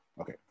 okay